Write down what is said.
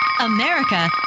America